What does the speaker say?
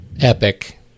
epic